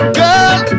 girl